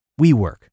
WeWork